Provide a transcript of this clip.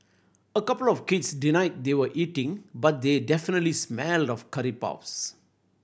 a couple of kids denied they were eating but they definitely smelled of curry puffs